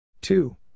Two